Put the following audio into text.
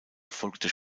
erfolgte